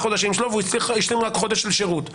חודשים שלו והוא השלים רק חודש בשירות.